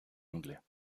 anglais